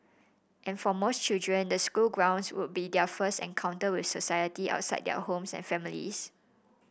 and for most children the school grounds would be their first encounter with society outside their homes and families